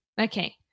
Okay